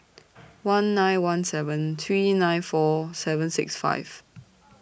one nine one seven three nine four seven six five